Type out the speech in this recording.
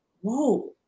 whoa